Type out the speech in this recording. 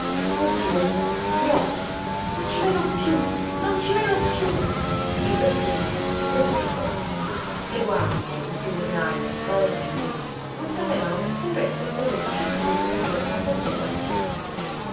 dio gli occhi non ci vedo piú non ci vedo piú il vetturino si fermò di botto le guardie il figurinajo sbalorditi non sapevano neppure se colui facesse sul serio o fosse impazzito